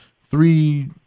three –